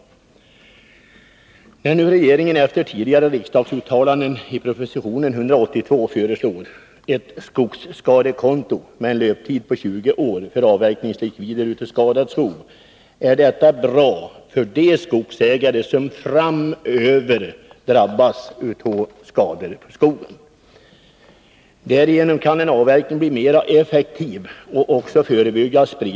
När nu regeringen efter tidigare riksdagsuttalanden i propositionen 182 föreslår ett skogsskadekonto med en löptid på 20 år för avverkningslikvider för skadad skog är detta bra för de skogsägare som framöver drabbas av skador på skogen. Därigenom kan en avverkning bli mera effektiv och spridning av skador förebyggas.